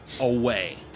away